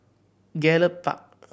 Gallop Park